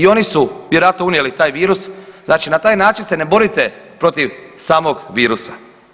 I oni su vjerojatno unijeli taj virus, znači na taj način se ne borite protiv samog virusa.